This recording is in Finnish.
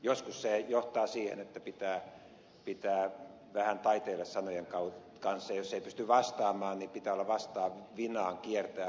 joskus se johtaa siihen että pitää vähän taiteilla sanojen kanssa ja jos ei pysty vastaamaan niin pitää olla vastaavinaan kiertää asia niin ettei kukaan huomaa sitä